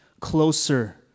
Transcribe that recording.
closer